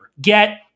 Get